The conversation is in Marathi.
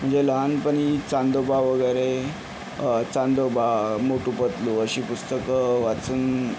म्हणजे लहानपणी चांदोबा वगरे चांदोबा मोटूपतलू अशी पुस्तकं वाचून